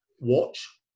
watch